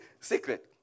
secret